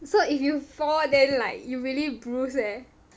so if you fall then like you really bruise leh